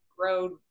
Road